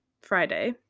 Friday